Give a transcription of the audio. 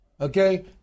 okay